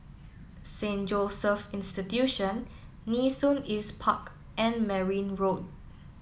Saint Joseph Institution Nee Soon East Park and Merryn Road